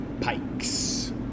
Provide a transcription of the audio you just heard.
pikes